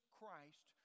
Christ